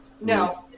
No